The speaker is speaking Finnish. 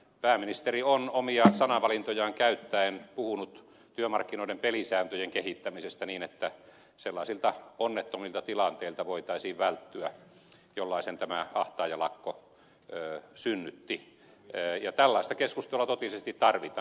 pääministeri on omia sanavalintojaan käyttäen puhunut työmarkkinoiden pelisääntöjen kehittämisestä niin että sellaisilta onnettomilta tilanteilta voitaisiin välttyä jollaisen tämä ahtaajalakko synnytti ja tällaista keskustelua totisesti tarvitaan